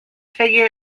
figure